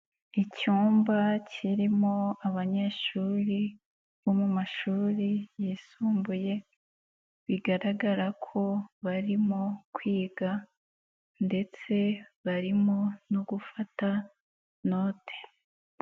Icyumba kirimo abanyeshuri bo mu mashuri yisumbuye, bigaragara ko barimo kwiga ndetse barimo no gufata note.